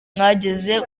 mwageze